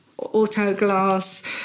Autoglass